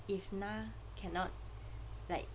if na cannot like